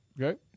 Okay